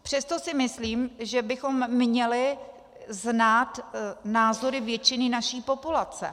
Přesto si myslím, že bychom měli znát názory většiny naší populace.